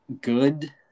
good